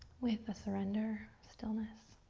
with a surrender, stillness.